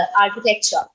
architecture